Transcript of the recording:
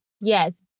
Yes